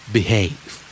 Behave